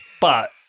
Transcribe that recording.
But-